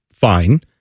fine